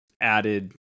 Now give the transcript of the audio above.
added